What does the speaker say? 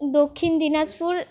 Dakshin Dinajpur